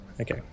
Okay